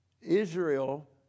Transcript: Israel